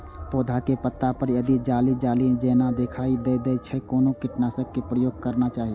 पोधा के पत्ता पर यदि जाली जाली जेना दिखाई दै छै छै कोन कीटनाशक के प्रयोग करना चाही?